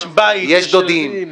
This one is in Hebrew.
יש דודים,